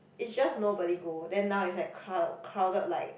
is just nobody go then now is like crow~ crowded like